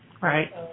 Right